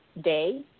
day